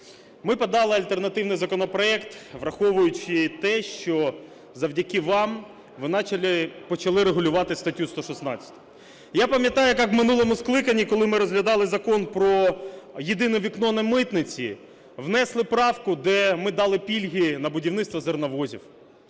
Ми подали альтернативний законопроект, враховуючи те, що завдяки вам… ви почали регулювати статтю 116. Я пам'ятаю, як в минулому скликанні, коли ми розглядали Закон про "єдине вікно" на митниці, внесли правку, де ми дали пільги на будівництво зерновозів.